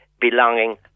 belonging